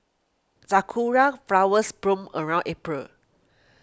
sakura flowers bloom around April